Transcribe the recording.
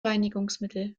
reinigungsmittel